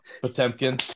Potemkin